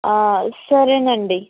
సరేనండి